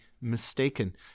mistaken